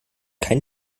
kein